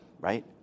right